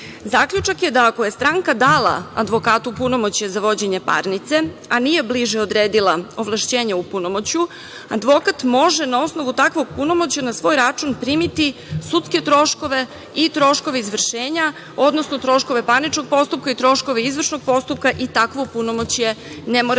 postupak. Zaključak je da ako je stranka dala advokatu punomoćje za vođenje parnice, a nije bliže odredila ovlašćenje u punomoćju, advokat može na osnovu takvog punomoćja na svoj račun primiti sudske troškove i troškove izvršenja, odnosno troškove parničkog postupka i troškove izvršnog postupka i takvo punomoćje ne mora